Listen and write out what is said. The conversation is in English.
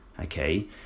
Okay